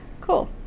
Cool